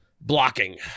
blocking